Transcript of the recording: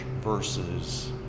versus